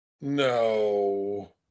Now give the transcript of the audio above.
No